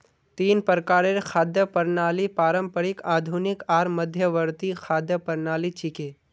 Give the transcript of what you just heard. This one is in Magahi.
तीन प्रकारेर खाद्य प्रणालि पारंपरिक, आधुनिक आर मध्यवर्ती खाद्य प्रणालि छिके